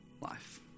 life